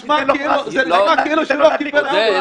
אתה גם תיתן לו פרס --- זה נשמע כאילו שהוא לא קיבל עונש.